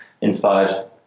inspired